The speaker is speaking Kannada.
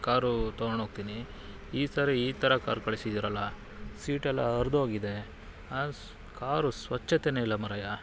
ಕಾರು ತೊಗೊಂಡೋಗ್ತೀನಿ ಈ ಸರಿ ಈ ಥರ ಕಾರು ಕಳಿದ್ದೀರಲ್ಲ ಸೀಟೆಲ್ಲ ಹರ್ದ್ಹೋಗಿದೆ ಆ ಸ್ ಕಾರು ಸ್ವಚ್ಛತೆಯೇ ಇಲ್ಲ ಮಾರಾಯ